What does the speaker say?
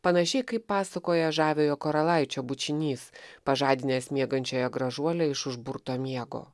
panašiai kaip pasakoje žaviojo karalaičio bučinys pažadinęs miegančiąją gražuolę iš užburto miego